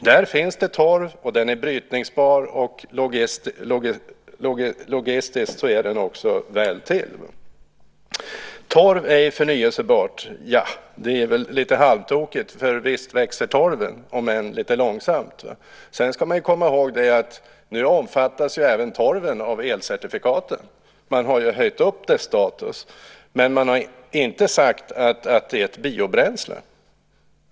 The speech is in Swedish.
Där finns det torv, och den är brytningsbar och ligger också logistiskt väl till. Torv är förnybart, ja. Det är väl lite halvtokigt, för visst växer torven, om än lite långsamt. Sedan ska man komma ihåg att nu omfattas även torven av elcertifikaten. Man har ju höjt upp dess status, men man har inte sagt att den är ett biobränsle.